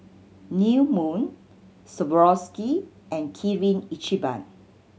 New Moon Swarovski and Kirin Ichiban